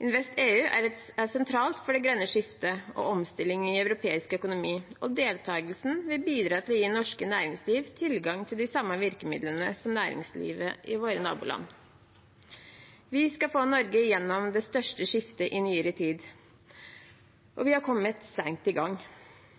InvestEU er sentralt for det grønne skiftet og omstillingen i europeisk økonomi, og deltakelsen vil bidra til å gi det norske næringslivet tilgang til de samme virkemidlene som næringslivet i våre naboland. Vi skal få Norge gjennom det største skiftet i nyere tid. Vi har kommet sent i gang,